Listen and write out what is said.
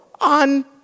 on